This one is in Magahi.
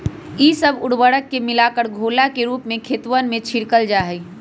ई सब उर्वरक के मिलाकर घोला के रूप में खेतवन में छिड़कल जाहई